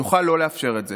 יוכל לא לאפשר את זה,